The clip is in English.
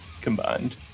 combined